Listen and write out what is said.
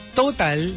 total